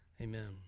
Amen